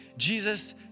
Jesus